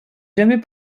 jamais